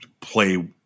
play